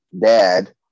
dad